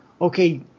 okay